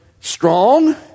strong